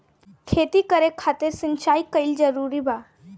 खेती करे खातिर सिंचाई कइल जरूरी बा का?